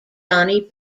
johnny